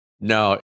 No